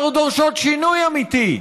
אנחנו דורשות שינוי אמיתי.